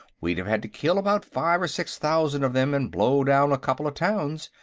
we'd have had to kill about five or six thousand of them and blow down a couple of towns,